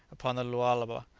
upon the lualaba,